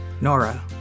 Nora